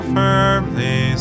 firmly